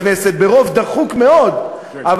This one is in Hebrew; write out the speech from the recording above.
ברוב דחוק מאוד בכנסת,